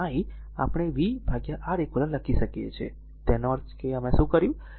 જ્યાં i આપણે v R eq લખી શકીએ છીએ તેનો અર્થ એ છે કે અમે આ શું કર્યું